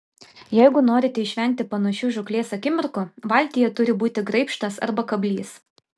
jeigu norite išvengti panašių žūklės akimirkų valtyje turi būti graibštas arba kablys